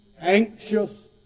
anxious